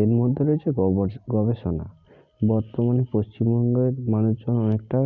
এর মধ্যে রয়েছে গবেষণা বর্তমানে পশ্চিমবঙ্গের মানুষজন অনেকটা